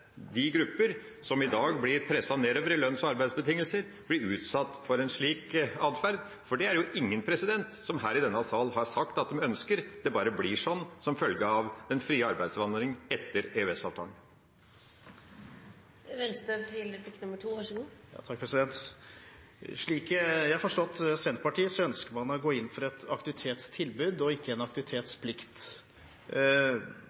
de grupper som i dag blir presset nedover i lønns- og arbeidsbetingelser, blir utsatt for en slik adferd. For det er det jo ingen som her i denne sal har sagt at de ønsker, det bare blir sånn som følge av den frie arbeidsinnvandringa etter EØS-avtalen. Slik jeg har forstått Senterpartiet, ønsker man å gå inn for et aktivitetstilbud og ikke en aktivitetsplikt.